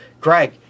Greg